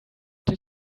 did